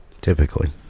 Typically